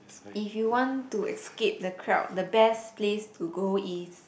if you want to escape the crowd the best place to go is